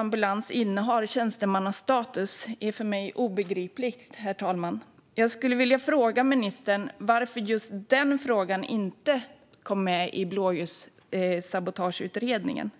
ambulanspersonal innehar tjänstemannastatus är för mig obegripligt, herr talman. Jag skulle vilja fråga ministern varför just den frågan inte kom med i blåljussabotageutredningen.